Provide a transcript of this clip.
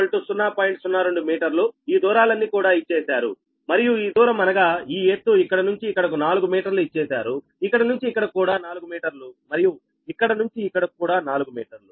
02 మీటర్లు ఈ దూరాలన్ని కూడా ఇచ్చేశారు మరియు ఈ దూరం అనగా ఈ ఎత్తు ఇక్కడి నుంచి ఇక్కడకు నాలుగు మీటర్లు ఇచ్చేశారుఇక్కడ నుంచి ఇక్కడకు కూడా 4 మీటర్లు మరియు ఇక్కడ నుంచి ఇక్కడకు కూడా 4 మీటర్లు